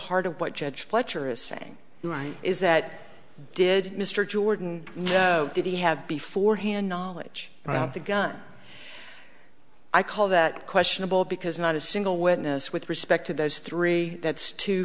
heart of what judge fletcher is saying tonight is that did mr jordan did he have before hand knowledge of the gun i call that questionable because not a single witness with respect to those three that's two